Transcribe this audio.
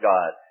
God